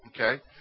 okay